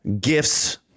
gifts